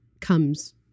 comes